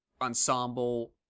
ensemble